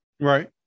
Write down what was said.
Right